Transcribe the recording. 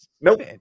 Nope